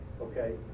Okay